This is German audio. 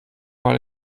mal